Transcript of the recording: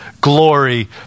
glory